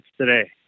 today